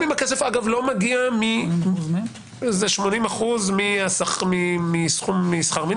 זה גם אם הכסף הוא לא 80% משכר המינימום.